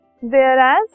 whereas